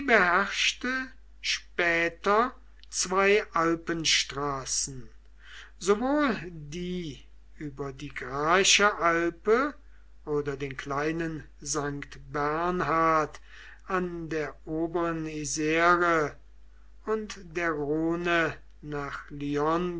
beherrschte später zwei alpenstraßen sowohl die über die grafische alpe oder den kleinen st bernhard an der oberen isre und der rhone nach